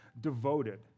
devoted